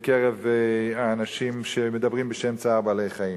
בקרב האנשים שמדברים בשם צער בעלי-חיים.